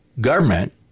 government